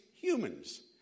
humans